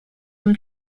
from